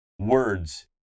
words